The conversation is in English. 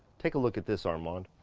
take a look at this armand.